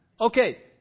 Okay